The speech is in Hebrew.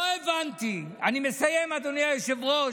לא הבנתי, אני מסיים, אדוני היושב-ראש.